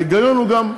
ההיגיון הוא גם,